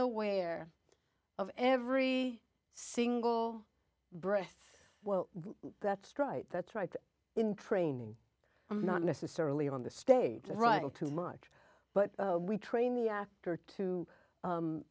aware of every single breath well that's right that's right in training not necessarily on the stage right too much but we train the actor to